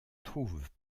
trouvent